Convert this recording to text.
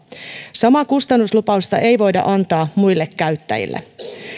samaa kustannuslupausta ei voida antaa muille käyttäjille